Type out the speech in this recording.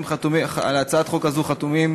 על הצעת החוק הזו חתומים